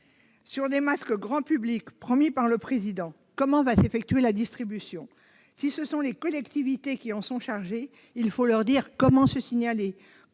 Pour les masques « grand public » promis par le Président, comment va s'effectuer cette distribution ? Si ce sont les collectivités qui en sont chargées, il faut leur dire comment se signaler,